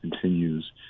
continues